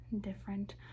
different